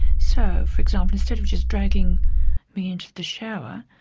so, for example, instead of just dragging me into the shower,